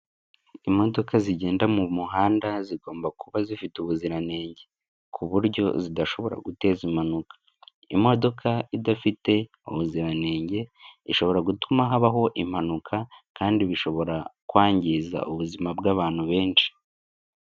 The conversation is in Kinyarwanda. Imodoka zigenda mu muhanda zigomba kuba zifite ubuziranenge, ku buryo zidashobora guteza impanuka. Imodoka idafite ubuziranenge ishobora gutuma habaho impanuka, kandi bishobora kwangiza ubuzima bw'abantu benshi.